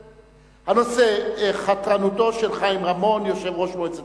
הנושא: חתרנותו של יושב-ראש מועצת